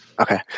Okay